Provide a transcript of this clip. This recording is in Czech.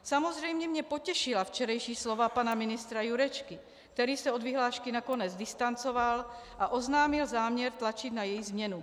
Samozřejmě mě potěšila včerejší slova pana ministra Jurečky, který se od vyhlášky nakonec distancoval a oznámil záměr tlačit na její změnu.